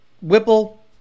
Whipple